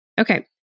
Okay